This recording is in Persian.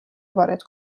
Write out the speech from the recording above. وارد